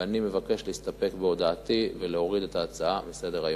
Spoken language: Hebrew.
ואני מבקש להסתפק בהודעתי ולהוריד את ההצעה מסדר-היום.